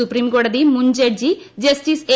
സുപ്രീംകോടതി മുൻ ജഡ്ജി ജസ്റ്റിസ് എ